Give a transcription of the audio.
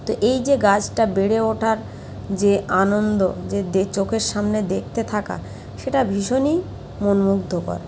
তো এই যে গাছটা বেড়ে ওঠার যে আনন্দ যে চোখের সামনে দেখতে থাকা সেটা ভীষণই মনমুগ্ধকর